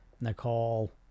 Nicole